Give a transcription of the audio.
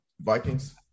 Vikings